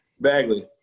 Bagley